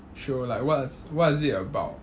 show like what's what's it about